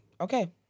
Okay